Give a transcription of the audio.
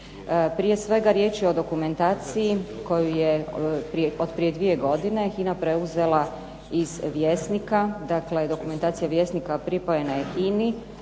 Prije svega riječ je o dokumentaciji koju je HINA od prije dvije godine preuzela iz "Vjesnika", dakle dokumentacija "Vjesnika" pripojena je